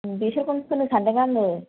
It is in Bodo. बेसरखौनो फोनो सान्दों आङो